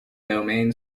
domain